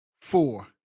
four